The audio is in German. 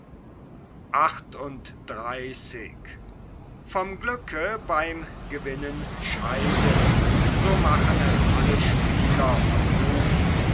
so machen es alle spieler von ruf